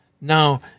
Now